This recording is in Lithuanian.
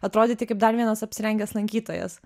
atrodyti kaip dar vienas apsirengęs lankytojas